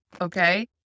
Okay